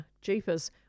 jeepers